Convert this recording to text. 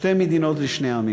שתי מדינות לשני עמים.